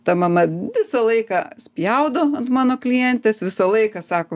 ta mama visą laiką spjaudo ant mano klientės visą laiką sako